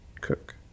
cook